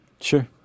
Sure